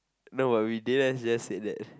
no worries Deen just said that